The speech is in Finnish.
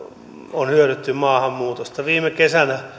on hyödytty maahanmuutosta viime kesänä